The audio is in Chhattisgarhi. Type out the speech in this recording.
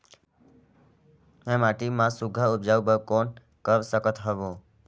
मैं माटी मा सुघ्घर उपजाऊ बर कौन कर सकत हवो?